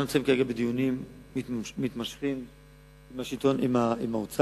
אנחנו נמצאים כרגע בדיונים מתמשכים עם האוצר.